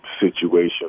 situation